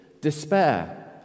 Despair